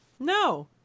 No